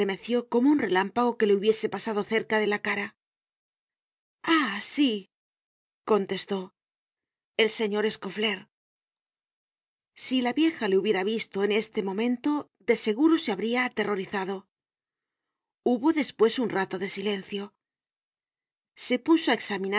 estremeció como un relámpago que le hubiese pasado cerca de la cara i ah sí contestó el señor scauflaire si la vieja le hubiera visto en este momento de seguro se habria aterrorizado hubo despues un rato de silencio se puso á